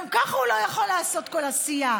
גם ככה הוא לא יכול לעשות כל עשייה,